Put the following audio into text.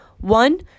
One